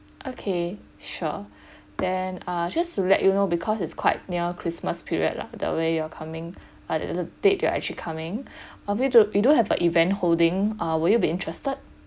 okay sure then uh just to let you know because it's quite near christmas period lah the way you are coming uh d~ d~ date you are actually coming if we do we do have a event holding uh will you be interested